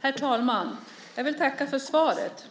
Herr talman! Jag vill tacka för svaret.